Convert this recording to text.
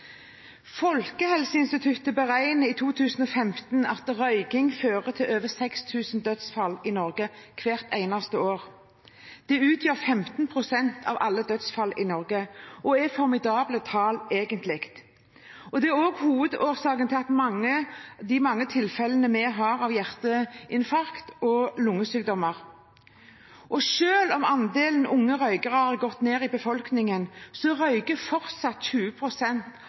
Folkehelseinstituttet beregnet i 2015 at røyking fører til over 6 000 dødsfall i Norge hvert eneste år. Det utgjør 15 pst. av alle dødsfall i Norge, og er egentlig et formidabelt tall. Det er også hovedårsaken til de mange tilfellene vi har av hjerteinfarkt og lungesykdommer. Selv om andelen unge røykere i befolkningen har gått ned, røyker fortsatt 20 pst. av ungdom i